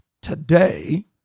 today